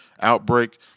outbreak